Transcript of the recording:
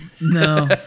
No